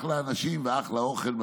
אחלה אנשים ואחלה אוכל.